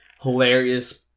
hilarious